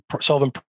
solving